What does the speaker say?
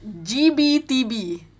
GBTB